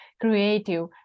creative